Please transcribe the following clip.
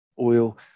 oil